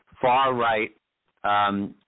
far-right